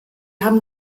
haben